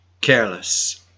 careless